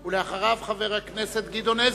ואחריו חבר הכנסת גדעון עזרא,